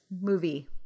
movie